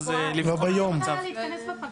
אז הוועדה מחליטה: בסעיף 4(א)